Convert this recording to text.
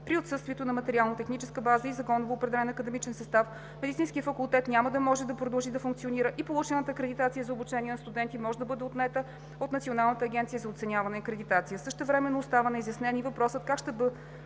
При отсъствието на материално-техническа база и законово определения академичен състав Медицинският факултет няма да може да продължи да функционира и получената акредитация за обучение на студенти може да бъде отнета от Националната агенция за оценяване и акредитация. Същевременно остава неизяснен и въпросът кои ще бъдат